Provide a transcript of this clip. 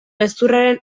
gezurraren